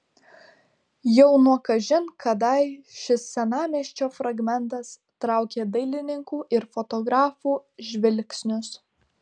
jau nuo kažin kadai šis senamiesčio fragmentas traukė dailininkų ir fotografų žvilgsnius